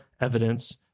evidence